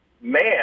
man